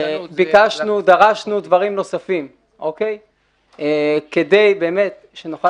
דרשנו דברים נוספים כדי שבאמת נוכל